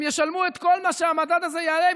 הם ישלמו את כל מה שהמדד הזה יעלה,